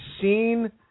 seen